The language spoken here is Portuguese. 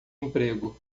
emprego